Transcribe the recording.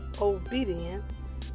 obedience